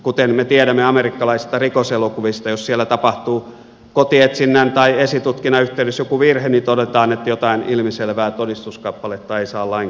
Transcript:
kuten me tiedämme amerikkalaisista rikoselokuvista jos siellä tapahtuu kotietsinnän tai esitutkinnan yhteydessä joku virhe niin todetaan että jotain ilmiselvää todistuskappaletta ei saa lainkaan käyttää